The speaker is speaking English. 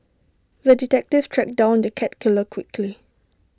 the detective tracked down the cat killer quickly